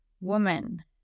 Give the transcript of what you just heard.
woman